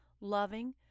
loving